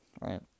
right